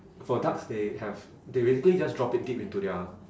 for ducks they have they basically just drop it deep into their